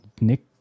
Nick